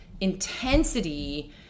intensity